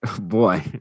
Boy